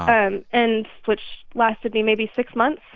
and and which lasted me maybe six months.